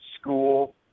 school